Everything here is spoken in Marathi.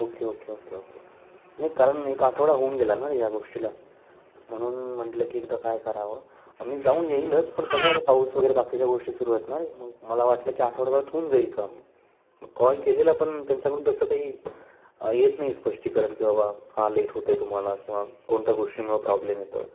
ओके ओके ओके ओके नाही कारण एक आठवडा होऊन गेला ना रे या गोष्टीला म्हणून म्हटलं की एकदा काय करावं मी जाऊन येईलच पण कसं आहे पाऊस वगैरे बाकीच्या गोष्टी सुरू आहेत ना रे मग मला वाटलं की आठवड्याभरात होऊन जाईल काम मग कॉल केलेला पण त्यांच्याकडून तसं काही येत नाही स्पष्टीकरण की बाबा का लेट होत आहे तुम्हाला किंवा कोणत्या गोष्टींमुळं प्रॉब्लेम येतो आहे